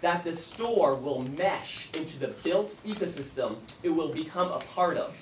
that this store will need that into the field ecosystem it will become a part of